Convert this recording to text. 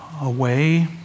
away